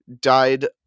died